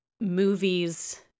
movies